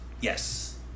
Yes